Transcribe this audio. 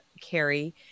Carrie